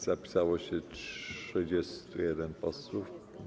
Zapisało się 31 posłów.